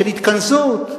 של התכנסות.